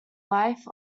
life